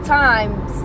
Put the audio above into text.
times